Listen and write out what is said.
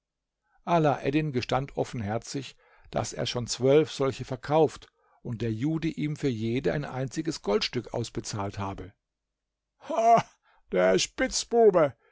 alaeddin gestand offenherzig daß er schon zwölf solche verkauft und der jude ihm für jede ein einziges goldstück bezahlt habe ha der spitzbube